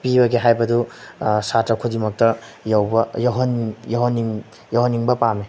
ꯄꯤꯕꯒꯦ ꯍꯥꯏꯕꯗꯨ ꯁꯥꯇ꯭ꯔ ꯈꯨꯗꯤꯡꯃꯛꯇ ꯌꯧꯕ ꯌꯧꯍꯟꯅꯤꯡꯕ ꯄꯥꯝꯏ